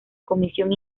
comisión